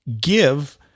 give